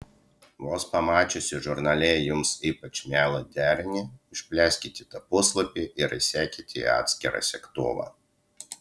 vos pamačiusi žurnale jums ypač mielą derinį išplėskite tą puslapį ir įsekite į atskirą segtuvą